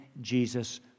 Jesus